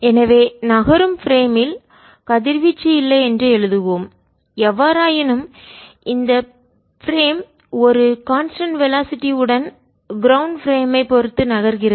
எனவே நகரும் பிரேமில் சட்டத்தில் கதிர்வீச்சு இல்லை என்று எழுதுவோம் எவ்வாறாயினும் இந்த பிரேம் சட்டகம் ஒரு கான்ஸ்டன்ட் வெலாசிட்டி உடன் நிலையான வேகத்துடன்க்ரௌண்ட் பிரேம் ஐ தரை சட்டகம் பொறுத்து நகர்கிறது